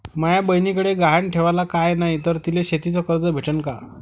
माया बयनीकडे गहान ठेवाला काय नाही तर तिले शेतीच कर्ज भेटन का?